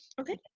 okay